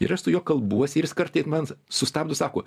ir aš su juo kalbuosi ir jis kartai man sustabdo sako